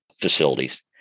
facilities